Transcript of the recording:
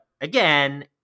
again-